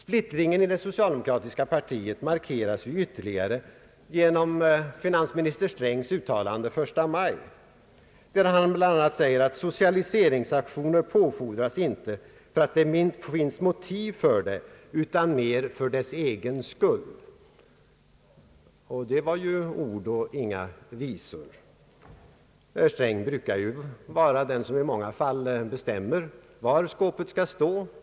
Splittringen i det socialdemokratiska partiet markeras ytterligare genom finansminister Gunnar Strängs förstamajtal, där han bl.a. uttalade att »socialiseringsaktioner påfordras inte för att det finns motiv för det utan mer för dess egen skull». Det var ord och inga visor. Herr Sträng brukar ju vara den som i många fall bestämmer var skåpet skall stå.